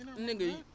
Nigga